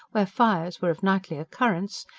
where fires were of nightly occurrence,